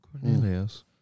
Cornelius